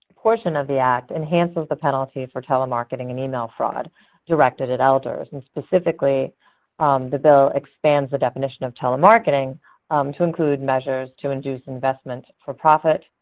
portion of the act enhances the penalties for telemarketing and email fraud directed at elders. and specifically um the bill expands the definition of telemarketing to include measures to induce investments for profit,